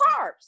carbs